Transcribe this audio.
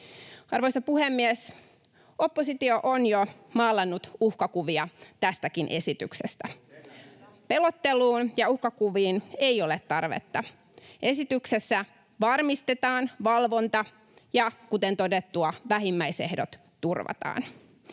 Arvoisa puhemies! Oppositio on jo maalannut uhkakuvia tästäkin esityksestä. [Ben Zyskowicz: Kuten äsken!] Pelotteluun ja uhkakuviin ei ole tarvetta. Esityksessä varmistetaan valvonta ja, kuten todettua, vähimmäisehdot turvataan.